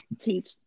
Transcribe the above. Teach